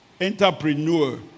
entrepreneur